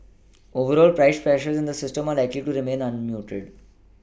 overall price pressures in the system are likely to remain muted